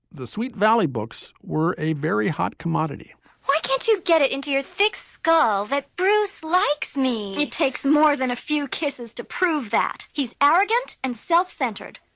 the sweet valley books were a very hot commodity why can't you get it into your thick skull that bruce likes me? it takes more than a few cases to prove that he's arrogant and self-centered.